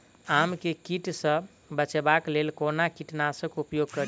आम केँ कीट सऽ बचेबाक लेल कोना कीट नाशक उपयोग करि?